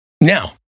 Now